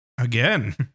Again